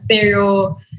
Pero